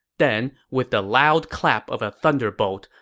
then, with the loud clap of a thunderbolt,